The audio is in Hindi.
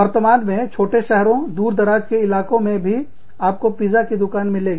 वर्तमान में छोटे शहरों दूर दरार के इलाकों में भी आपको पिज़्ज़ा की दुकान मिलेगी